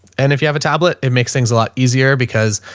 and if you have a tablet, it makes things a lot easier because,